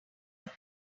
erik